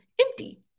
empty